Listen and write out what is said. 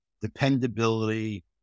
dependability